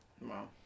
Wow